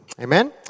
Amen